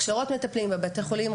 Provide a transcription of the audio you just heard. הכשרות מטפלים בבתי חולים,